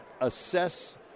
assess